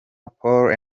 paul